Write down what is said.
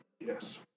Yes